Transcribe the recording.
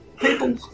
People